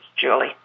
Julie